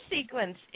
sequence